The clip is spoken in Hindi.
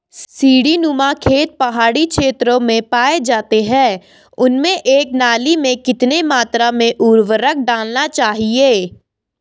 सीड़ी नुमा खेत पहाड़ी क्षेत्रों में पाए जाते हैं उनमें एक नाली में कितनी मात्रा में उर्वरक डालना चाहिए?